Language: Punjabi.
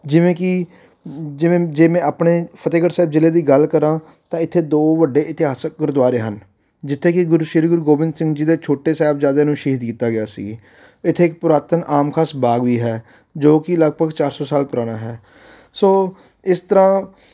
ਜਿਵੇਂ ਕਿ ਜਿਵੇਂ ਜਿਵੇਂ ਆਪਣੇ ਫਤਿਹਗੜ ਸਾਹਿਬ ਜ਼ਿਲ੍ਹੇ ਦੀ ਗੱਲ ਕਰਾਂ ਤਾਂ ਇੱਥੇ ਦੋ ਵੱਡੇ ਇਤਿਹਾਸਕ ਗੁਰਦੁਆਰੇ ਹਨ ਜਿੱਥੇ ਕਿ ਗੁਰੂ ਸ਼੍ਰੀ ਗੁਰੂ ਗੋਬਿੰਦ ਸਿੰਘ ਜੀ ਦੇ ਛੋਟੇ ਸਾਹਿਬਜ਼ਾਦਿਆਂ ਨੂੰ ਸ਼ਹੀਦ ਕੀਤਾ ਗਿਆ ਸੀ ਇੱਥੇ ਇੱਕ ਪੁਰਾਤਨ ਆਮ ਖਾਸ ਬਾਗ ਵੀ ਹੈ ਜੋ ਕਿ ਲਗਭਗ ਚਾਰ ਸੌ ਸਾਲ ਪੁਰਾਣਾ ਹੈ ਸੋ ਇਸ ਤਰ੍ਹਾਂ